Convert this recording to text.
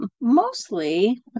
mostly